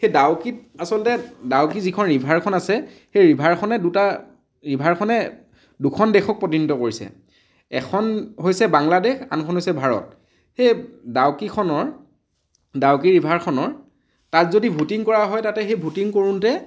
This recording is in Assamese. সেই ডাউকিত আচলতে ডাউকিৰ যিখন ৰিভাৰখন আছে সেই ৰিভাৰখনে দুটা ৰিভাৰখনে দুখন দেশক প্ৰতিনিধিত্ব কৰিছে এখন হৈছে বাংলাদেশ আনখন হৈছে ভাৰত সেই ডাউকিখনৰ ডাউকি ৰিভাৰখনৰ তাত যদি বোটিং কৰা হয় তাতে সেই বোটিং কৰোঁতে